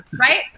right